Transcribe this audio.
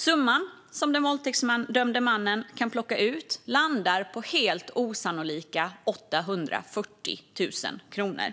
Summan som den våldtäktsdömde mannen kan plocka ut landar på helt osannolika 840 000 kronor. Han